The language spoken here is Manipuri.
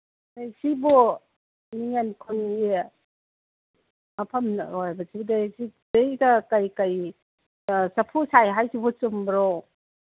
ꯑ ꯁꯤꯕꯣ ꯅꯤꯌꯦꯜ ꯈꯨꯟꯒꯤ ꯃꯐꯝ ꯑꯣꯏꯕꯁꯤꯗ ꯁꯤꯗ ꯀꯔꯤ ꯀꯔꯤ ꯆꯐꯨ ꯁꯥꯏ ꯍꯥꯏꯔꯤꯁꯤꯕꯨ ꯆꯨꯝꯕ꯭ꯔꯣ